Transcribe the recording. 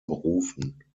berufen